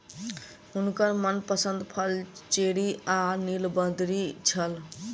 हुनकर मनपसंद फल चेरी आ नीलबदरी छल